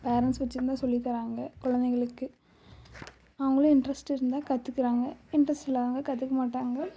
parents வச்சுருந்தா சொல்லித்தராங்க குழந்தைகளுக்கு அவர்களும் இன்ட்ரஸ்ட் இருந்தால் கற்றுக்குறாங்க இன்ட்ரஸ்ட் இல்லாதவங்க கற்றுக்க மாட்டாங்க